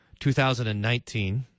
2019